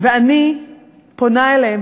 ואני פונה אליהם.